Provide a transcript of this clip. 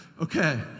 Okay